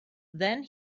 then